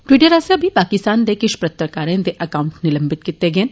Twitter आस्सेआ बी पाकिस्तान दे किश पत्रकारें दे अकाउंट्स निलंबित कीते गे न